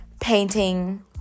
painting